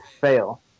fail